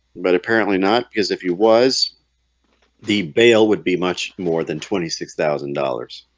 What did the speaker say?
but apparently not because if he was the bail would be much more than twenty six thousand dollars